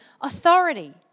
authority